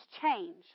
change